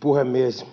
puhemies!